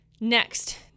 next